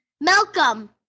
malcolm